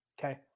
Okay